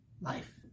Life